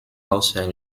außer